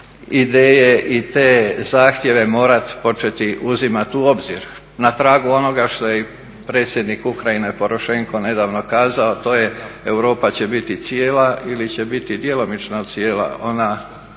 ideje. I te zahtjeve morati početi uzimat u obzir na tragu onoga što je i predsjednik Ukrajine Porošenko nedavno kazao, to je Europa će biti cijela ili će biti djelomično cijela,